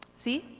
zee?